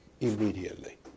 immediately